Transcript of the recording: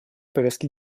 повестки